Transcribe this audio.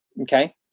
Okay